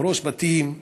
להרוס בתים,